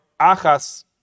Achas